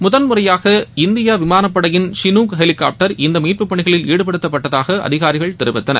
முதல் முறையாக இந்திய விமானப்படையின் சீனுக் ஹெலினாப்டர் இந்த மீட்புப் பணிகளில் ஈடுபடுத்தப்பட்டதாக அதிகாரிகள் தெரிவித்தனர்